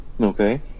Okay